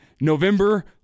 November